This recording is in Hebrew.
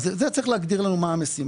בשביל זה צריך להגדיר לנו את המשימה,